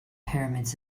pyramids